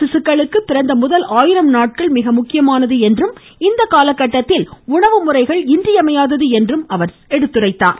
சிசுக்களுக்கு பிறந்த முதல் ஆயிரம் நாட்கள் மிக முக்கியமானது என்றும் இந்த கால கட்டத்தில் உணவு முறைகள் இன்றியமையாதது என்றும் எடுத்துரைத்தார்